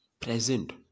present